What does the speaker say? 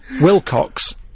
Wilcox